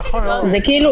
בגלל זה,